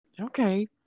Okay